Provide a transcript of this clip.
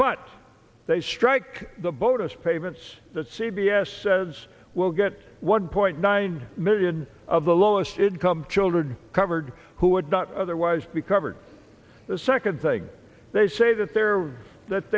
but they strike the boat us payments that c b s says will get one point nine million of the lowest income children covered who would not otherwise be covered the second thing they say that there are that